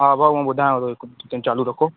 हा भाउ मां ॿुधायांव थो हिकु मिंट चालू रखो